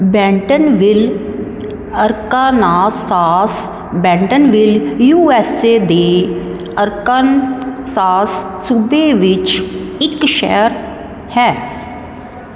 Bentonville Arkansas Bentonville U S A ਦੇ Arkansas ਸੂਬੇ ਵਿੱਚ ਇੱਕ ਸ਼ਹਿਰ ਹੈ